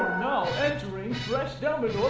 now entering fresh dumbledore's